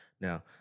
Now